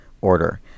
order